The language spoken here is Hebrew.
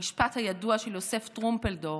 המשפט הידוע של יוסף טרומפלדור,